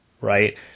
Right